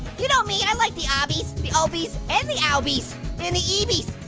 you know me, i like the obbies, the ohbbees and the owbies and the eebbees,